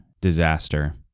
disaster